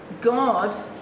God